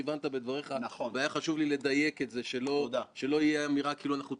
אלא לתת מידע שאפשר להביא אותו בצורה מעובדת,